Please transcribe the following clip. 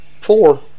four